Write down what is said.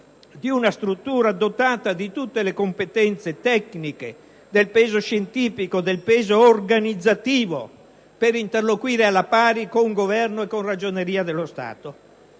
di una struttura dotata di tutte le competenze tecniche, del peso scientifico e organizzativo, per interloquire alla pari con Governo e Ragioneria dello Stato.